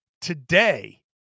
today